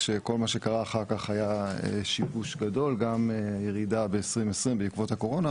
כשכל מה שקרה אחר כך היה שיבוש גדול גם ירידה ב-2020 בעקבות הקורונה,